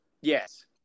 Yes